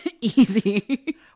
easy